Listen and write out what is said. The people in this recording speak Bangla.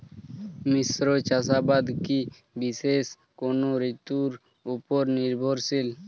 মিশ্র চাষাবাদ কি বিশেষ কোনো ঋতুর ওপর নির্ভরশীল?